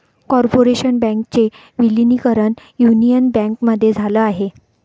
corporation बँकेचे विलीनीकरण union बँकेमध्ये झाल आहे